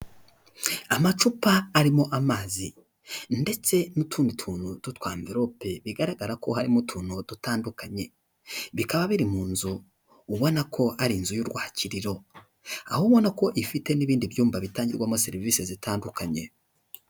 Amacupa arimo amazi ndetse n'utundi tuntu tw'utw'amvirope, bigaragara ko harimo utuntu dutandukanye, bikaba biri mu nzu ubona ko ari inzu y'urwakiriro, aho ubona ko ifite n'ibindi byumba bitangirwamo serivise zitandukanye.